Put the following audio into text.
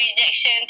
rejection